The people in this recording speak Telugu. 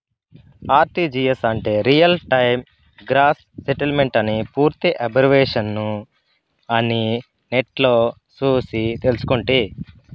ఆర్టీజీయస్ అంటే రియల్ టైమ్ గ్రాస్ సెటిల్మెంటని పూర్తి ఎబ్రివేషను అని నెట్లో సూసి తెల్సుకుంటి